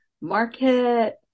market